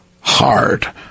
hard